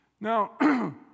Now